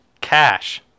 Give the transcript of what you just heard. Cash